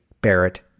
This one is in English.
Barrett